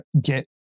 get